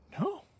No